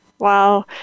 Wow